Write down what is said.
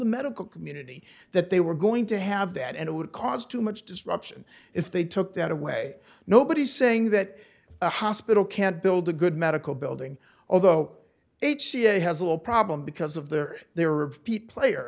the medical community that they were going to have that and it would cause too much disruption if they took that away nobody's saying that a hospital can't build a good medical building although h c a has a little problem because of their their repeat player